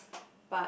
but